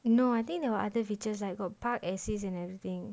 no I think there were other features like got park assist and everything